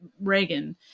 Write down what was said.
Reagan